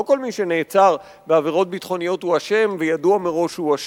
לא כל מי שנעצר בעבירות ביטחוניות הוא אשם וידוע מראש שהוא אשם.